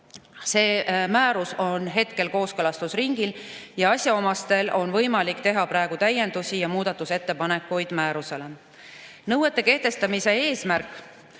See määrus on kooskõlastusringil ja asjaomastel on võimalik teha praegu täiendusi ja muudatusettepanekuid määruse kohta. Nõuete kehtestamise eesmärk